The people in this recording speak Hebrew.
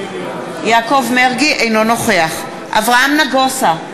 אינו נוכח אברהם נגוסה,